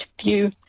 view